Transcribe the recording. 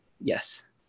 Yes